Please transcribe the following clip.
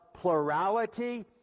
plurality